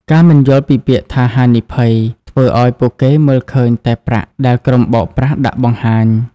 ការមិនយល់ពីពាក្យថា "ហានិភ័យ" ធ្វើឱ្យពួកគេមើលឃើញតែ "ប្រាក់" ដែលក្រុមបោកប្រាស់ដាក់បង្ហាញ។